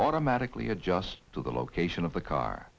automatically adjusts to the location of the car